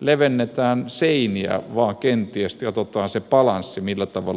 levennetään seiniä vaan kenties katsotaan se balanssi millä tavalla tuotetaan